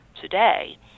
today